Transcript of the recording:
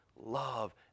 love